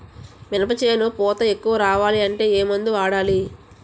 మినప చేను పూత ఎక్కువ రావాలి అంటే ఏమందు వాడాలి?